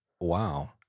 Wow